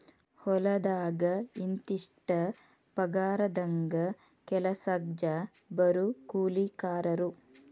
ಹೊಲದಾಗ ಇಂತಿಷ್ಟ ಪಗಾರದಂಗ ಕೆಲಸಕ್ಜ ಬರು ಕೂಲಿಕಾರರು